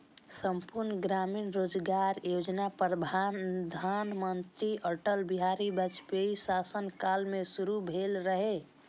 संपूर्ण ग्रामीण रोजगार योजना प्रधानमंत्री अटल बिहारी वाजपेयीक शासन काल मे शुरू भेल रहै